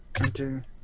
Enter